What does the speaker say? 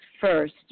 first